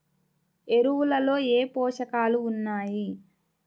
ఎరువులలో ఏ పోషకాలు ఉన్నాయి?